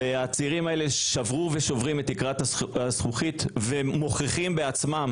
והצעירים האלה שברו ושוברים את תקרת הזכוכית והם מוכיחים בעצמם